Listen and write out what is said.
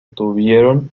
tuvieron